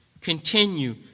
Continue